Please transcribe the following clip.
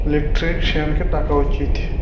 ইলেকট্রিশিয়ানকে ডাকা উচিত